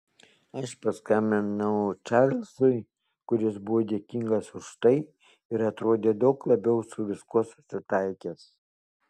aš paskambinau čarlzui kuris buvo dėkingas už tai ir atrodė daug labiau su viskuo susitaikęs